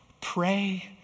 pray